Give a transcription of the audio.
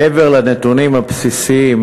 מעבר לנתונים הבסיסיים,